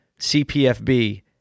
CPFB